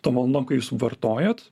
tom valandom kai jūs vartojat